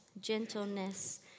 gentleness